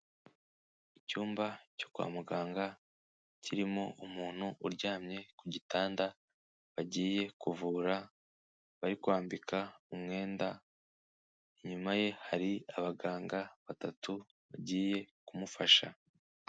Icyumba cyo kwa muganga kirimo umuntu uryamye ku gitanda bagiye kuvura bari kwambika umwenda, inyuma ye hari abaganga batatu bagiye kumufasha.